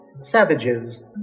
Savages